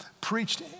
preached